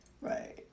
Right